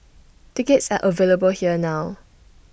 tickets are available here now